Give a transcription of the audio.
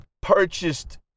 purchased